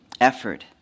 effort